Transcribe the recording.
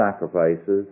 sacrifices